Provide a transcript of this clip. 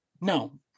no